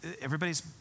everybody's